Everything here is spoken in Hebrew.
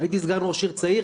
הייתי סגן ראש עיר צעיר,